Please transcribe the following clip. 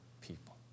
people